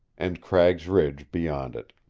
and cragg's ridge beyond it.